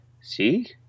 see